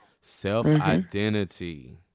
self-identity